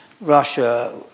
Russia